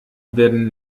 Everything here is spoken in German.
werden